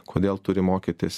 kodėl turi mokytis